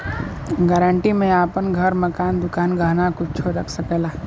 guarantee में आपन घर, मकान, दुकान, गहना कुच्छो रख सकला